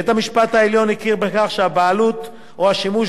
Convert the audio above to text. בית-המשפט העליון הכיר בכך שהבעלות או השימוש